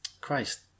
Christ